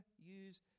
use